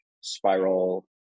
Spiral